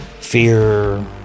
fear